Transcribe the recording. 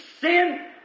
sin